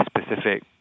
specific